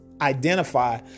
identify